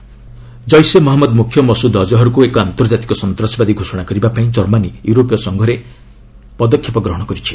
Azhar Germany EU Jaish Mohammad ମୁଖ୍ୟ ମସୁଦ୍ ଅଜହ୍ରକୁ ଏକ ଆନ୍ତର୍ଜାତିକ ସନ୍ତାସବାଦୀ ଘୋଷଣା କରିବାପାଇଁ ଜର୍ମାନୀ ୟୁରୋପୀୟ ସଂଘରେ ପଦକ୍ଷେପ ଗ୍ରହଣ କରିଛି